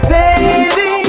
baby